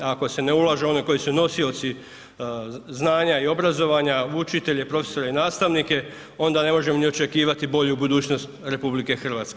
Ako se ne ulaže u one koji su nosioci znanja i obrazovanja, učitelje, profesore i nastavnike, onda ne možemo ni očekivati bolju budućnost RH.